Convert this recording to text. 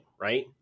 right